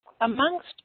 amongst